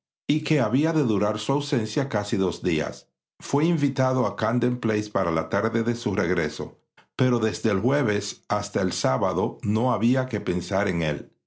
y que había de durar su ausencia casi dos días fué invitado a camden place para la tarde de su regreso pero desde el jueves hasta el sábado no había que pensar en él